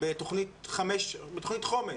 בתוכנית חומש,